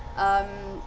umm.